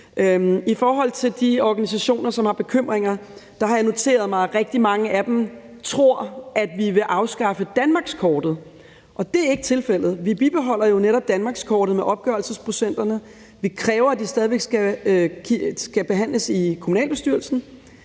I forhold til de organisationer, som har bekymringer, har jeg noteret mig, at rigtig mange af dem tror, at vi vil afskaffe danmarkskortet, og det er ikke tilfældet. Vi bibeholder jo netop danmarkskortet med omgørelsesprocenterne. Vi kræver, at det stadig væk skal behandles i kommunalbestyrelsen.